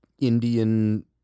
Indian